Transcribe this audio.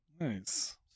nice